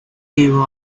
give